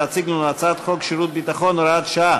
להציג לנו את הצעת חוק שירות ביטחון (הוראת שעה)